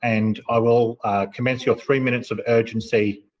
and i will commence your three minutes of urgency